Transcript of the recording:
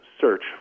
search